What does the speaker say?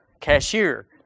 cashier